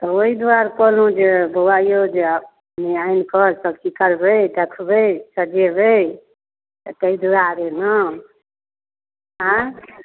तऽ ओहि दुआरे कहलहुँ जे बौआ यौ जे आनि कऽ सभचीज करबै देखबै सजेबै तऽ ताहि दुआरे ने आँय